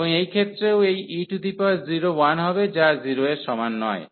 এবং এই ক্ষেত্রেও এই e0 1 হবে যা 0 এর সমান নয়